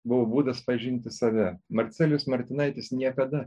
buvo būdas pažinti save marcelijus martinaitis niekada